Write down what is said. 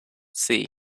see